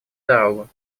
дорогу